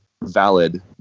valid